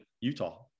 Utah